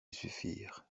suffire